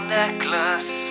necklace